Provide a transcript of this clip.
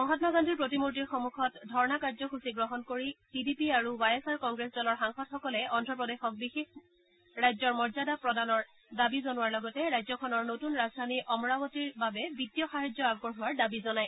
মহামা গান্ধীৰ প্ৰতিমূৰ্তিৰ সন্মুখত ধৰ্ণা কাৰ্যসূচী গ্ৰহণ কৰি টি ডি পি আৰু ৱাই এছ আৰ কংগ্ৰেছ দলৰ সাংসদসকলে অদ্ৰপ্ৰদেশক বিশেষ মৰ্যাদা প্ৰদানৰ দাবী জনোৱাৰ লগতে ৰাজ্যখনৰ নতুন ৰাজধানী অমৰাৱতীৰ বাবে বিত্তীয় সাহায্য আগবঢ়োৱাৰ দাবী জনায়